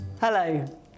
Hello